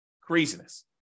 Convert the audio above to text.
Craziness